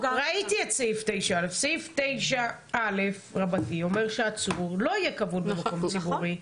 ראיתי את סעיף 9א. סעיף 9א אומר שעצור לא יהיה כבול במקום ציבורי.